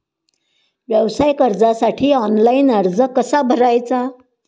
व्यवसाय कर्जासाठी ऑनलाइन अर्ज कसा भरायचा?